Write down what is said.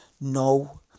no